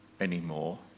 anymore